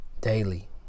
Daily